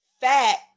Fat